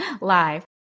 live